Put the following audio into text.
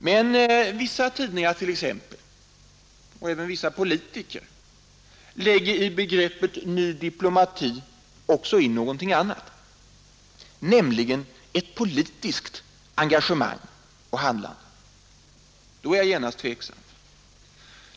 Men vissa tidningar t.ex. och även vissa politiker lägger i begreppet ”ny diplomati” också in något annat, nämligen ett politiskt engagemang och handlande. Då är jag genast tveksam.